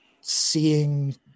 seeing